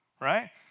right